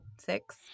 six